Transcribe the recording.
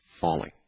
falling